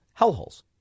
hellholes